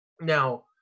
Now